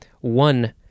one